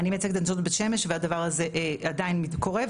אני מייצגת את זאת בבית שמש והדבר הזה עדיין קורה.